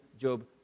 job